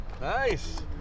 Nice